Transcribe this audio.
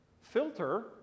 filter